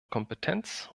kompetenz